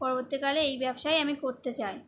পরবর্তী কালে এই ব্যবসাই আমি করতে চাই